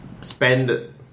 spend